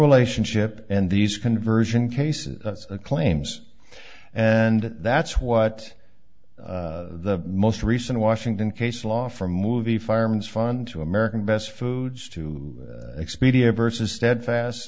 relationship and these conversion cases claims and that's what the most recent washington case law for movie fireman's fund to american best foods to expedia versus stedfast